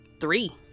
Three